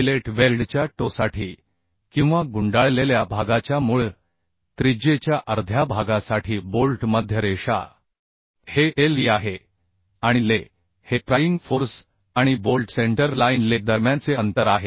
fillet वेल्डच्या टोसाठी किंवा गुंडाळलेल्या भागाच्या मुळ त्रिज्येच्या अर्ध्या भागासाठी बोल्ट मध्य रेषा हे lv आहे आणि le हे प्रायिंग फोर्स आणि बोल्ट सेंटर लाइन le दरम्यानचे अंतर आहे